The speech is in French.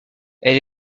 elle